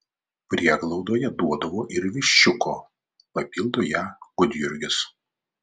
prieglaudoje duodavo ir viščiuko papildo ją gudjurgis